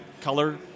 color